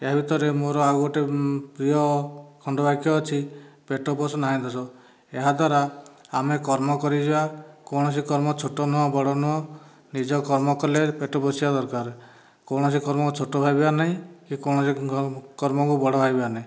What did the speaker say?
ୟା ଭିତରେ ମୋର ଆଉ ଗୋଟିଏ ପ୍ରିୟ ଖଣ୍ଡ ବାକ୍ୟ ଅଛି ପେଟ ପୋଷ ନାହିଁ ଦୋଷ ଏହାଦ୍ୱାରା ଆମେ କର୍ମ କରିଯିବା କୌଣସି କର୍ମ ଛୋଟ ନୁହେଁ ବଡ଼ ନୁହେଁ ନିଜ କର୍ମ କଲେ ପେଟ ପୋଷିବା ଦରକାର କୌଣସି କର୍ମକୁ ଛୋଟ ଭାବିବା ନାହିଁ କି କୌଣସି କର୍ମକୁ ବଡ଼ ଭାବିବା ନାହିଁ